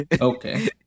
Okay